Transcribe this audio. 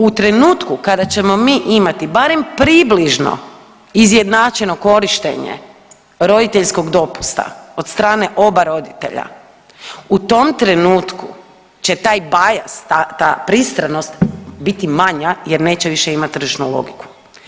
U trenutku kada ćemo mi imati barem približno izjednačeno korištenje roditeljskog dopusta od strane oba roditelja, u tom trenutku će taj bajaz ta pristranost biti manja jer neće više imati tržišnu logiku.